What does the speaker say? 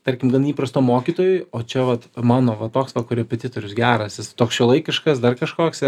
tarkim gan įprasto mokytojui o čia vat mano va toks va korepetitorius geras jis toks šiuolaikiškas dar kažkoks